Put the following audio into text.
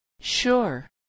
Sure